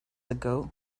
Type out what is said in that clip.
ago